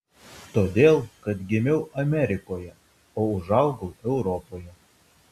todėl kad gimiau amerikoje o užaugau europoje